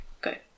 good